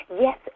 Yes